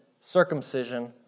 circumcision